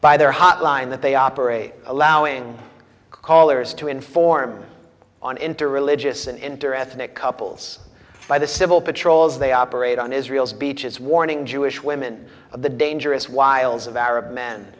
by their hotline that they operate allowing callers to inform on interreligious an interest in it couples by the civil patrols they operate on israel's beaches warning jewish women of the dangerous wiles of arab men